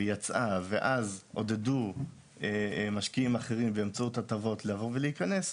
והיא יצאה ואז עודדו משקיעים אחרים באמצעות הטבות לבוא ולהיכנס,